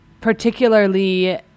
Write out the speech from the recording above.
particularly